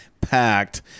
packed